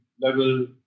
level